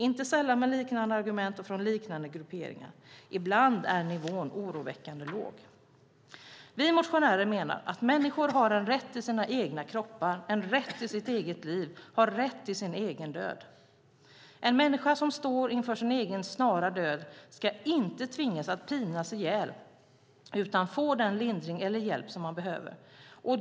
Inte sällan var det med liknande argument och från liknande grupperingar. Ibland är nivån oroväckande låg. Vi motionärer menar att människor har en rätt till sina egna kroppar, en rätt till sitt eget liv och en rätt till sin egen död. En människa som står inför sin egen snara död ska inte tvingas att pinas ihjäl utan få den lindring eller hjälp han eller hon behöver.